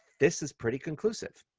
this is pretty conclusive.